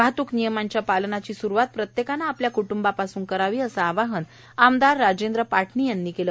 वाहतूक नियमांच्या पालनाची सुरुवात प्रत्येकाने आपल्या क्ट्ंबापासून करावी असे आवाहन आमदार राजेंद्र पाटणी यांनी केले